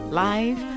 live